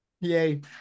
yay